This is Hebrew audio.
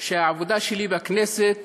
שהעבודה שלי בכנסת